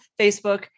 Facebook